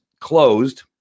closed